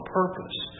purpose